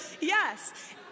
Yes